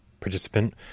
participant